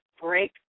break